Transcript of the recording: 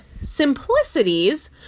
simplicities